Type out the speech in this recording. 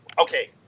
Okay